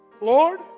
Lord